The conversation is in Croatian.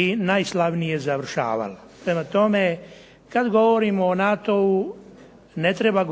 i najslavnije završavala. Prema tome, kad govorimo o NATO-u ne treba